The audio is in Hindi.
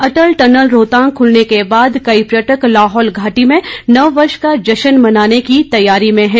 अटल टनल रोहतांग खुलने के बाद कई पर्यटक लाहौल घाटी में नववर्ष का जश्न मनाने की तैयारी में हैं